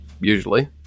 usually